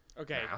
Okay